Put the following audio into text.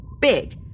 big